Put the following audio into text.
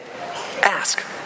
Ask